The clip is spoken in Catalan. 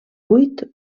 vuit